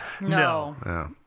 No